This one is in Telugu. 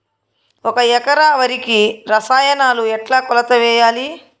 ఒక ఎకరా వరికి రసాయనాలు ఎట్లా కొలత వేయాలి?